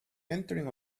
entering